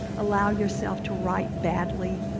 allow yourself to write badly.